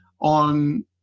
on